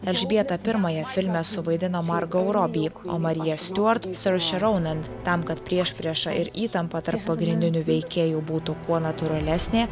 elžbietą pirmąją filme suvaidino margo robi o mariją stiuort sioršia ronan tam kad priešprieša ir įtampa tarp pagrindinių veikėjų būtų kuo natūralesnė